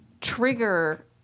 trigger